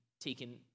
taken